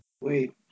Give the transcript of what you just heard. Wait